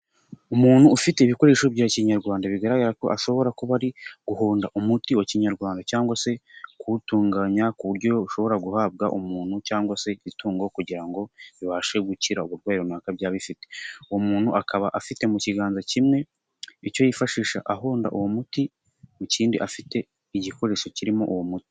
Umuntu ufite ibikoresho bya kinyarwanda, bigaragara ko ashobora kuba ari guhonda umuti wa kinyarwanda cyangwag se kuwutunganya ku buryo ushobora guhabwa umuntu cyangwa se itungo kugira ngo bibashe gukira uburwayi runaka byaba bifite. Uwo muntu akaba afite mu kiganza kimwe, icyo yifashisha ahonda uwo muti, mu kindi afite igikoresho kirimo uwo muti.